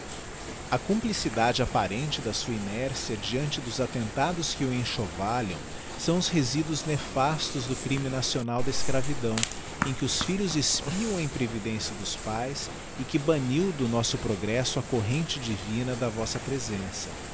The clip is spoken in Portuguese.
a cumplicidade apparente da sua inércia deante dos attentados que o enxovalham são os resíduos nefastos do crime nacional da escravidão em que os filhos espiam a imprevidência dos pães e que baniu do nosso progresso a corrente divina da vossa presença